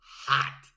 hot